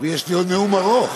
ויש לי עוד נאום ארוך.